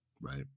Right